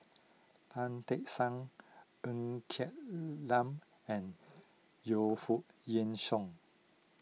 Tan Tee Suan Ng Quee Lam and Yu Foo Yee Shoon